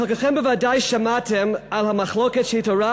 חלקכם בוודאי שמעתם על המחלוקת שהתעוררה